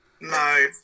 No